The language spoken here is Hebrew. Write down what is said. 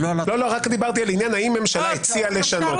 דיברתי על האם ממשלה הציעה לשנות.